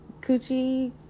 Coochie